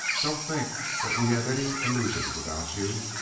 don't think that we have any illusions about you.